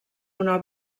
una